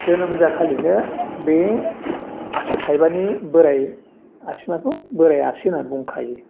जोनोम जाखालिनो बे आसि थाइबानि बोराइ आसिमाखौ बोराइ आसि होननानै बुंखायो